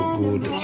good